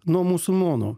nuo musulmonų